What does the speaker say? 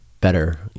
better